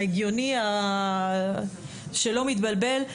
ההגיוני שלא מתבלבל,